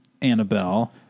Annabelle